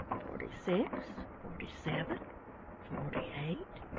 forty-six forty-seven forty-eight